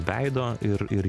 veido ir ir